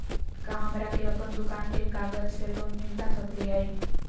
का हमरा के अपन दुकान के कागज से लोन मिलता सकली हई?